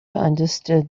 understood